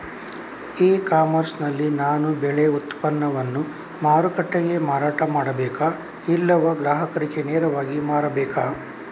E commerce ನಲ್ಲಿ ನಾನು ಬೆಳೆ ಉತ್ಪನ್ನವನ್ನು ಮಾರುಕಟ್ಟೆಗೆ ಮಾರಾಟ ಮಾಡಬೇಕಾ ಇಲ್ಲವಾ ಗ್ರಾಹಕರಿಗೆ ನೇರವಾಗಿ ಮಾರಬೇಕಾ?